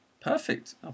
Perfect